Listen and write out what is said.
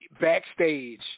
backstage